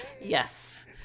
yes